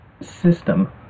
system